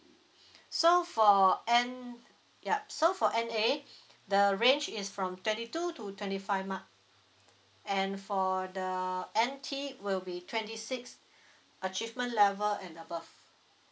so for N ya so for N_A the range is from twenty two to twenty five mark and for the N_T will be twenty six achievement level and above